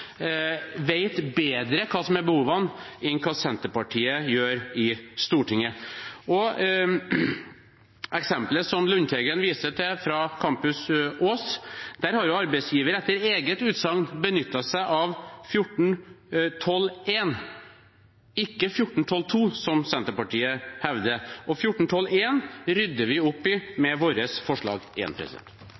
vet bedre hva som er behovene, enn hva Senterpartiet på Stortinget gjør. Når det gjelder eksempelet som representanten Lundteigen viser til, fra Campus Ås, har arbeidsgiver etter eget utsagn benyttet seg av arbeidsmiljøloven § 14-12 , ikke § 14-12 , som Senterpartiet hevder. Og § 14-12 rydder vi opp i med vårt forslag